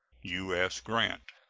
u s. grant.